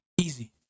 Easy